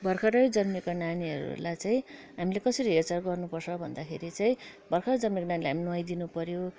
भर्खरै जन्मेको नानीहरूलाई चाहिँ हामीले कसरी हेरचाह गर्नुपर्छ भन्दाखेरि चाहिँ भर्खर जन्मेको नानीलाई हामीले नुहाइ दिनुपऱ्यो